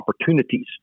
opportunities